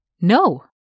No